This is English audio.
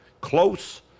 close